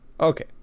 Okay